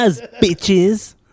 bitches